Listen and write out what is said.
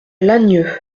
lagnieu